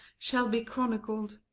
shall be chronicled.